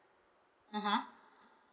(uh huh)